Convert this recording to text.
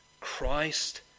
Christ